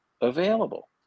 available